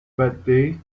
birthday